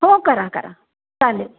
हो करा करा चालेल